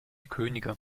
könige